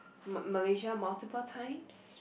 M~ Malaysia multiple times